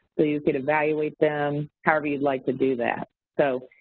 so you could evaluate them however you'd like to do that. so,